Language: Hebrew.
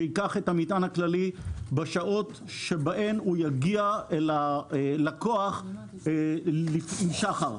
שייקח את המטען הכללי בשעות שבהן יגיע ללקוח עם שחר,